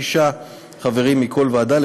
שישה חברים מכל ועדה,